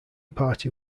party